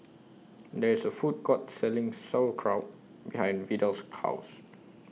There IS A Food Court Selling Sauerkraut behind Vidal's House